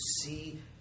see